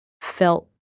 felt